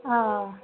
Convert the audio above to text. ಹಾಂ